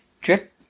drip